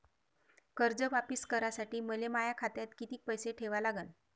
कर्ज वापिस करासाठी मले माया खात्यात कितीक पैसे ठेवा लागन?